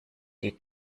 die